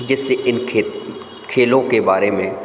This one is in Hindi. जिससे इन खेलों के बारे में